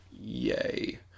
Yay